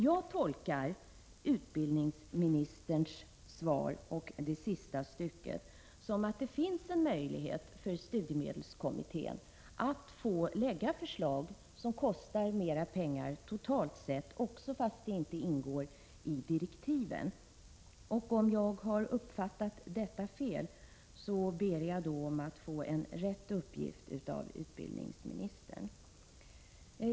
Jag tolkar det sista stycket i utbildningsministerns svar så, att det finns en möjlighet för studiemedelskommittén att lägga fram förslag som totalt sett medför kostnader utöver de angivna ramarna, trots att detta inte ingår i direktiven. Om jag har uppfattat svaret på den punkten fel, ber jag att få rätt uppgift av utbildningsministern.